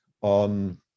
on